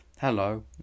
hello